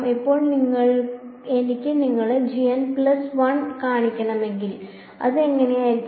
ഇപ്പോൾ എനിക്ക് നിങ്ങളെ പ്ലസ് വൺ കാണിക്കണമെങ്കിൽ അത് എങ്ങനെയായിരിക്കും